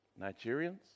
Nigerians